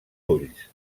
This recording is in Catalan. ulls